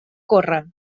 córrer